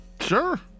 sure